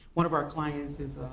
one of our clients is